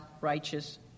righteous